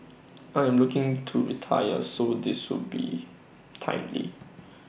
I am looking to retire so this will be timely